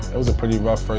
it was a pretty rough first